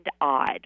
odd